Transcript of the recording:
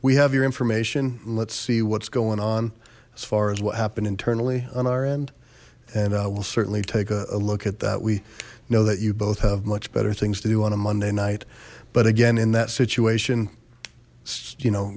we have your information let's see what's going on as far as what happened internally on our end and i will certainly take a look at that we know that you both have much better things to do on a monday night but again in that situation you know